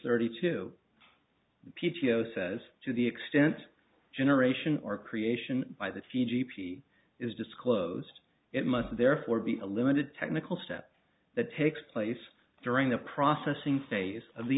thirty two p t o says to the extent generation or creation by the few g p is disclosed it must therefore be a limited technical step that takes place during the processing phase of the